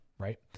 Right